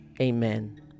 amen